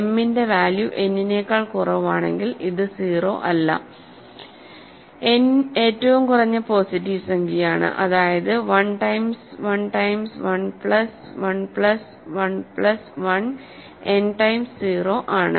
m ന്റെ value n നേക്കാൾ കുറവാണെങ്കിൽ ഇത് 0 അല്ല n ഏറ്റവും കുറഞ്ഞ പോസിറ്റീവ് സംഖ്യയാണ് അതായത് 1 times 1 times 1 plus 1 plus 1 plus 1 n times 0 ആണ്